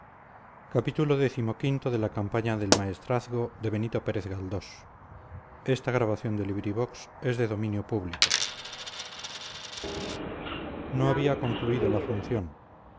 no había concluido la función